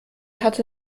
hatte